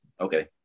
Okay